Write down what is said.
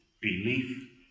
belief